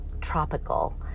tropical